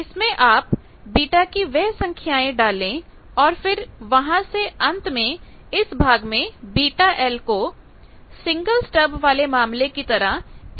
इसमें आप बेटा कि वे संख्याएं डालें और फिर वहां से अंत में इस भाग में βl को सिंगल स्टब वाले मामले की तरह f f 0 लिखें